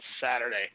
Saturday